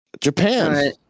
Japan